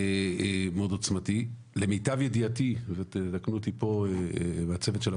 מאוד עוצמתית, תקנו אותי פה הצוות של הועדה,